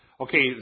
Okay